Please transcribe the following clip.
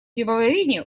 пивоварения